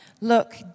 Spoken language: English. look